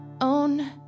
own